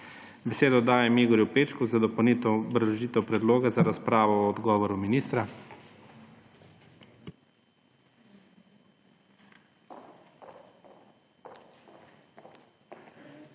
Besedo dajem Igorju Pečku za dopolnitev obrazložitve predloga za razpravo o odgovoru ministra.